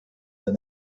the